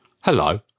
Hello